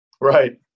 Right